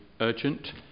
urgent